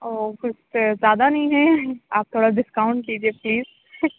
او کچھ زیادہ نہیں ہے آپ تھوڑا ڈسکاؤنٹ کیجیے پلیز